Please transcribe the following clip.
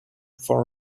for